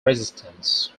resistance